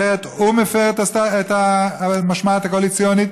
אחרת הוא מפר את המשמעת הקואליציונית,